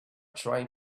trying